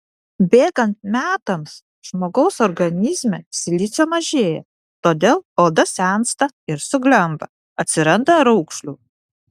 bėgant metams žmogaus organizme silicio mažėja todėl oda sensta ir suglemba atsiranda raukšlių